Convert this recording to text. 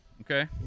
okay